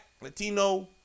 latino